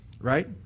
right